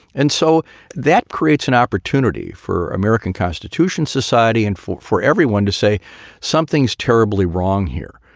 and so that creates an opportunity for american constitution society and fought for everyone to say something's terribly wrong here.